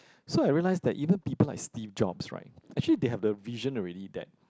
so I realize that even people like Steve-Jobs right actually they have the vision already that